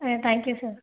ah thank you sir